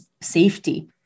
safety